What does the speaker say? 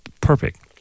perfect